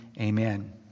amen